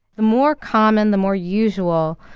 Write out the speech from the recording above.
the more common, the more usual,